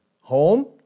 Home